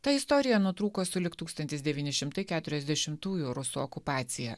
ta istorija nutrūko sulig tūkstantis devyni šimtai keturiasdešimtųjų rusų okupacija